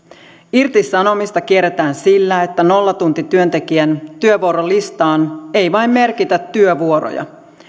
irtisanomista kierretään sillä että nollatuntityöntekijän työvuorolistaan ei vain merkitä työvuoroja